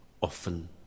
often